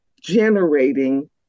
generating